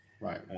Right